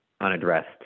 unaddressed